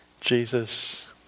Jesus